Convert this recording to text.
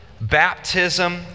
baptism